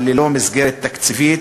אבל ללא מסגרת תקציבית.